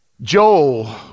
Joel